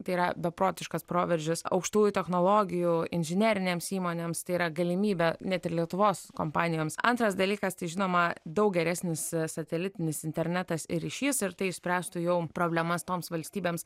tai yra beprotiškas proveržis aukštųjų technologijų inžinerinėms įmonėms tai yra galimybė net ir lietuvos kompanijoms antras dalykas tai žinoma daug geresnis satelitinis internetas ir ryšys ir tai išspręstų jau problemas toms valstybėms